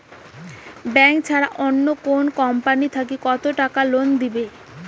Bank ছাড়া অন্য কোনো কোম্পানি থাকি কত টাকা লোন দিবে?